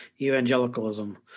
evangelicalism